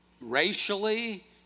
racially